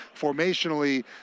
formationally